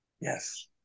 Yes